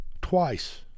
twice